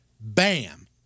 bam